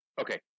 Okay